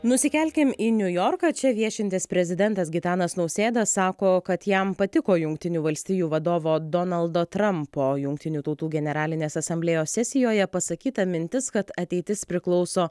nusikelkim į niujorką čia viešintis prezidentas gitanas nausėda sako kad jam patiko jungtinių valstijų vadovo donaldo trampo jungtinių tautų generalinės asamblėjos sesijoje pasakyta mintis kad ateitis priklauso